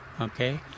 Okay